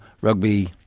rugby